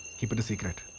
keep it a secret!